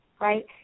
right